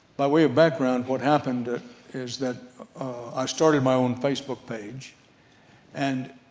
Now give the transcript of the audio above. by way of background what happened is that i started my own facebook page and